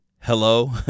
hello